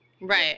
Right